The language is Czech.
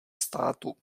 státu